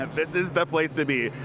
and this is the place to be.